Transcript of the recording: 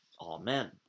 Amen